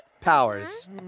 powers